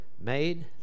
made